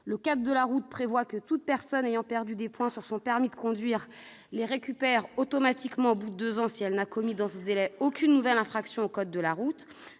Le code de la route prévoit que toute personne ayant perdu des points sur son permis de conduire les récupère automatiquement au bout de deux ans si elle n'a commis, dans ce délai, aucune nouvelle infraction au code de la route.